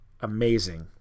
Amazing